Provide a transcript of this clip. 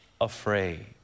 afraid